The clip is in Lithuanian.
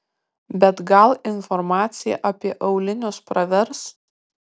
bet gal informacija apie aulinius pravers